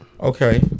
Okay